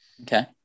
Okay